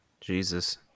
jesus